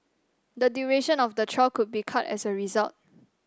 the duration of the trial could be cut as a result